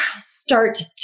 start